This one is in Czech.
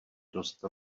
dost